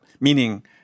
Meaning